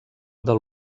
del